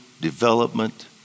development